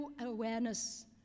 awareness